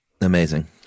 Amazing